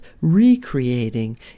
recreating